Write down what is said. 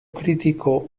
kritiko